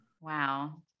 Wow